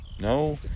No